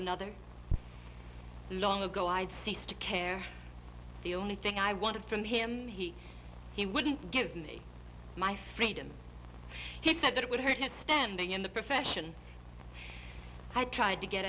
another long ago i'd ceased to care the only thing i wanted from him he he wouldn't give me my freedom he said that it would hurt his standing in the profession had tried to get